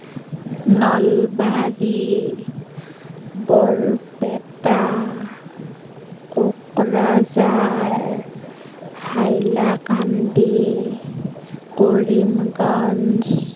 Nalbari Barpeta Kokrajhar Hailakandi Karimganj